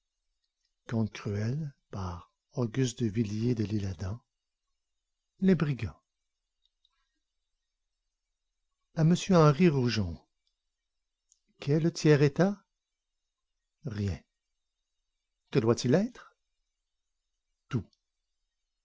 les brigands à monsieur henri roujon qu'est le tiers-état rien que doit-il être